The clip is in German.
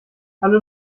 hallo